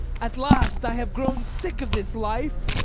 at last i have grown sick of this life.